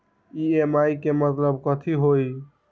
EMI के मतलब कथी होई?